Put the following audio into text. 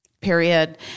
period